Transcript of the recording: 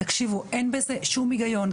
תקשיבו, אין בזה שום היגיון.